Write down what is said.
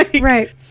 Right